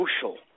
social